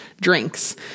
drinks